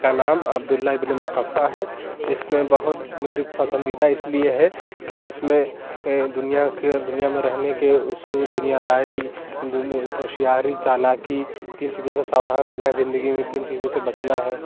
کا نام Abdullah ibn Muqaffa ہے اِس میں بہت میری پسندیدہ اِس لیے ہے کہ اِس میں دنیا کے اور دنیا میں رہنے کے اصول دنیاداری ہوشیاری چالاکی کن چیزوں سے ساودھان رہنا ہے زندگی میں کن چیزوں سے بچنا ہے